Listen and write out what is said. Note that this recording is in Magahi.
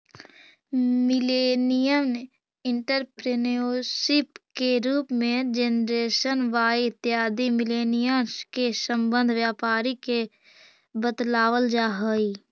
मिलेनियल एंटरप्रेन्योरशिप के रूप में जेनरेशन वाई इत्यादि मिलेनियल्स् से संबंध व्यापारी के बतलावल जा हई